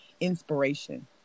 inspiration